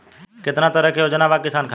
केतना तरह के योजना बा किसान खातिर?